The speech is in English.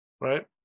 right